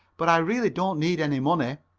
but i really don't need any money.